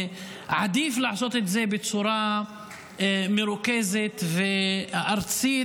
עדיף לעשות את זה בצורה מרוכזת וארצית,